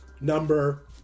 number